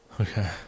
Okay